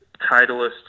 Titleist